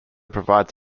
provides